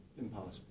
Impossible